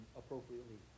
appropriately